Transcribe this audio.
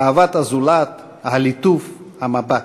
אהבת הזולת, הליטוף, המבט",